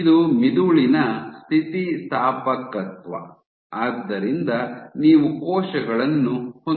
ಇದು ಮೆದುಳಿನ ಸ್ಥಿತಿಸ್ಥಾಪಕತ್ವ ಆದ್ದರಿಂದ ನೀವು ಕೋಶಗಳನ್ನು ಹೊಂದಿದ್ದೀರಿ